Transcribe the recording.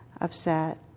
upset